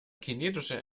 kinetische